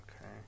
Okay